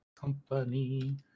company